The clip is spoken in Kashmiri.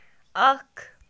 اکھ